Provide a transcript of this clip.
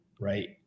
Right